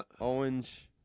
Owens